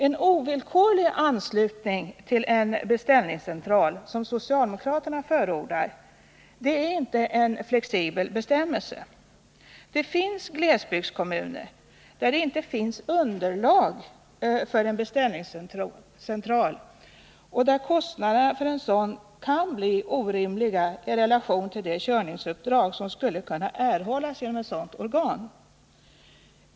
En ovillkorlig anslutning till en beställningscentral, som socialdemokraterna förordar, är inte en flexibel bestämmelse. Det finns glesbygdskommuner där det inte finns underlag för en beställningscentral och där kostnaderna för en sådan kan bli orimliga i relation till de körningsuppdrag som skulle kunna erhållas genom ett sådant organ.